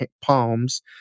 palms